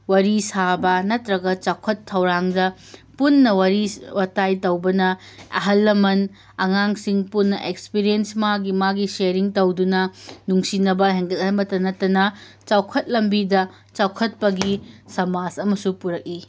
ꯋꯥꯔꯤ ꯁꯥꯕ ꯅꯠꯇ꯭ꯔꯒ ꯆꯥꯎꯈꯠ ꯊꯧꯔꯥꯡꯗ ꯄꯨꯟꯅ ꯋꯥꯔꯤ ꯋꯇꯥꯏ ꯇꯧꯕꯅ ꯑꯍꯜꯂꯃꯟ ꯑꯉꯥꯡꯁꯤꯡ ꯄꯨꯟꯅ ꯑꯦꯛꯁꯄꯤꯔꯤꯌꯦꯟꯁ ꯃꯥꯒꯤ ꯃꯥꯒꯤ ꯁꯤꯌꯔꯔꯤꯡ ꯇꯧꯗꯨꯅ ꯅꯨꯡꯁꯤꯅꯕ ꯍꯦꯟꯒꯠꯍꯟꯕꯇ ꯅꯠꯇꯅ ꯆꯥꯎꯈꯠꯂꯝꯕꯤꯗ ꯆꯥꯎꯈꯠꯄꯒꯤ ꯁꯃꯥꯖ ꯑꯃꯁꯨ ꯄꯨꯔꯛꯏ